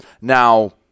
Now